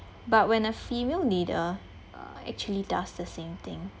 but when a female leader uh actually does the same thing